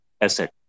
asset